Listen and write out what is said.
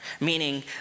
Meaning